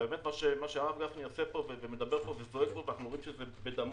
מה שהרב גפני עושה פה וזועק אנחנו רואים שזה בדמו,